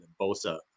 Bosa